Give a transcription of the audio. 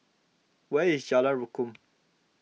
where is Jalan Rukam